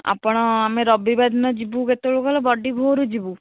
ଆପଣ ଆମେ ରବିବାର ଦିନ ଯିବୁ କେତେବେଳୁ କହିଲ ବଡ଼ିଭୋରୁ ଯିବୁ